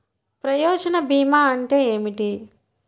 ప్రయోజన భీమా అంటే ఏమిటి?